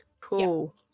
cool